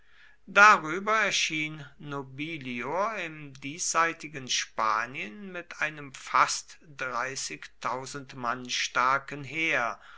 darüber erschien nobilior im diesseitigen spanien mit einem fast mann starken heer